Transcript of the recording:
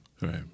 Right